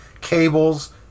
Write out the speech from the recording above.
cables